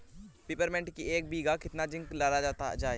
Peppermint की एक बीघा कितना जिंक डाला जाए?